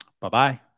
Bye-bye